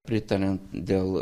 pritariant dėl